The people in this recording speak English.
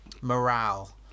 morale